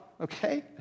okay